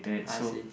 I see